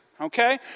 okay